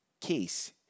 case